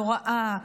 נוראה,